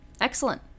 excellent